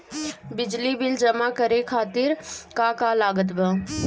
बिजली बिल जमा करे खातिर का का लागत बा?